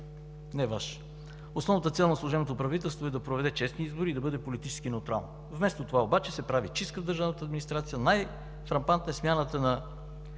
не Ваш: „Основната цел на служебното правителство е да проведе честни избори и да бъде политически неутрално“. Вместо това обаче се прави чистка в държавната администрация. Най-фрапантна е смяната на